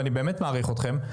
ואני באמת מעריך אתכם,